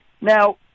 Now